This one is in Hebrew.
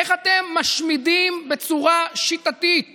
איך אתם משמידים בצורה שיטתית